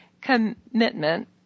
commitment